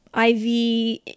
IV